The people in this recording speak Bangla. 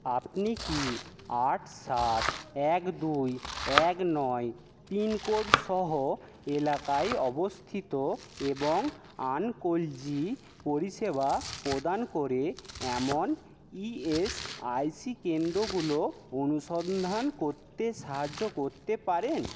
আপনি কি আট সাত এক দুই এক নয় পিনকোডসহ এলাকায় অবস্থিত এবং অঙ্কোলজি পরিষেবা প্রদান করে এমন ইএসআইসি কেন্দ্রগুলো অনুসন্ধান করতে সাহায্য করতে পারেন